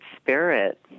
spirit